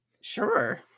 Sure